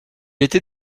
était